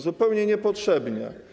Zupełnie niepotrzebnie.